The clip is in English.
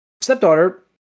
stepdaughter